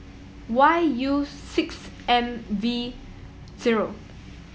Y U six M V zero